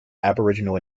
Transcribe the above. aboriginal